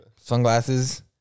sunglasses